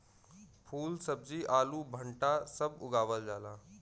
फूल सब्जी आलू भंटा सब उगावल जाला